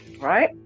right